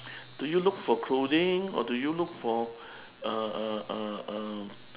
do you look for clothing or do you look for uh uh uh uh